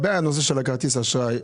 של כרטיס האשראי.